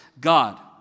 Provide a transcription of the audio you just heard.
God